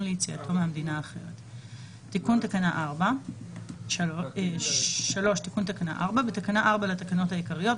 ליציאתו מהמדינה האחרת,״ תיקון תקנה 4. בתקנה 4 לתקנות העיקריות,